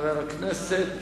חבר הכנסת